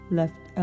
left